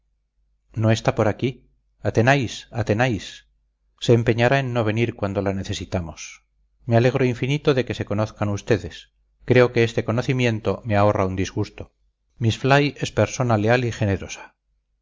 no está por aquí athenais athenais se empeñará en no venir cuando la necesitamos me alegro infinito de que se conozcan ustedes creo que este conocimiento me ahorra un disgusto miss fly es persona leal y generosa